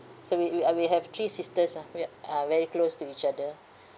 so we we are we have three sisters ah oh ya uh very close to each other